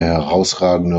herausragende